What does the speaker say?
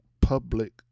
public